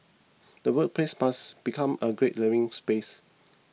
the workplace must become a great learning space